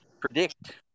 predict